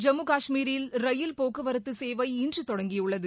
ஜம்மு காஷ்மீரில் ரயில் போக்குவரத்து இன்று தொடங்கியுள்ளது